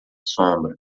sombra